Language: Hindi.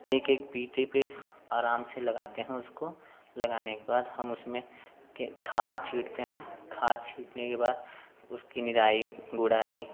एक एक बीते पर आराम से लगाते हैं उसको लगाने के बाद हम उसमें के खाद छींटते हैं खाद छींटते के बाद उसकी निराई गुड़ाई